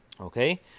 Okay